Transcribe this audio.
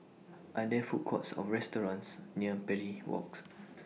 Are There Food Courts Or restaurants near Parry Walks